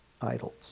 idols